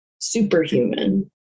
superhuman